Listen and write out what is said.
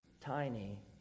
Tiny